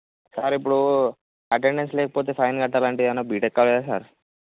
sir ఇప్పుడు attendance లేకపోతే fine కట్టాలంటే ఇది ఏమైన బీటెక్ కాలేజా సార్